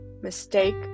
mistake